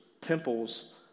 temples